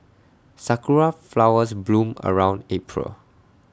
Sakura Flowers bloom around April